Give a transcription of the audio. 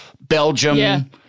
Belgium